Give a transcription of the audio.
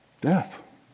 Death